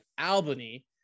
Albany